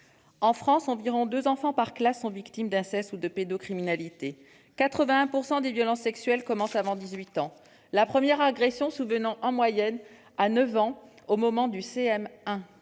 En France, environ deux enfants par classe sont victimes d'inceste ou de pédocriminalité ; 81 % des violences sexuelles commencent avant 18 ans, la première agression survenant en moyenne à 9 ans, au moment du CM1